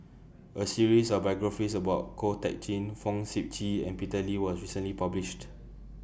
A series of biographies about Ko Teck Kin Fong Sip Chee and Peter Lee was recently published